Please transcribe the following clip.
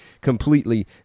completely